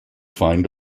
find